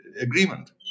agreement